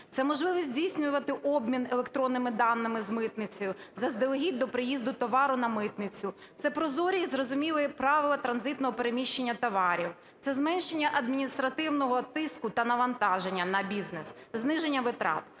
Це можливість здійснювати обмін електронними даними з митницею заздалегідь до приїзду товару на митницю, це прозорі і зрозумілі правила транзитного переміщення товарів, це зменшення адміністративного тиску та навантаження на бізнес, зниження витрат.